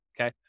Okay